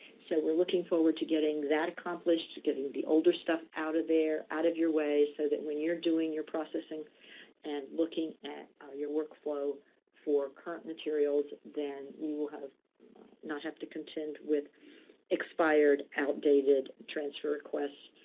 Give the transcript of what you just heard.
so we're looking forward to getting that accomplished, getting the older stuff out of there, out of your way, so that when you're doing your processing and looking at your workflow for current materials, then you will have not have to contend with expired outdated transfer requests,